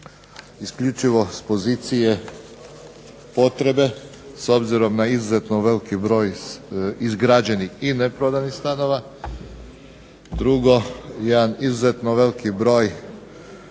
isključivo s pozicije potrebe s obzirom na izuzetno veliki broj izgrađenih i neprodanih stanova. Drugo, jedan izuzetno veliki broj